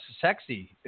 sexy